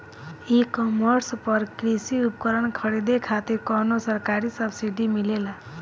ई कॉमर्स पर कृषी उपकरण खरीदे खातिर कउनो सरकारी सब्सीडी मिलेला?